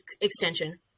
extension